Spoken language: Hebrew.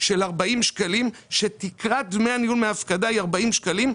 של 40 שקלים שתקרת דמי הניהול מהפקדה היא 40 שקלים.